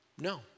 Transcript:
No